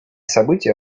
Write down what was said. события